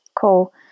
Cool